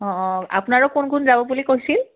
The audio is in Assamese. অঁ অঁ আপোনাৰো কোন কোন যাব বুলি কৈছিল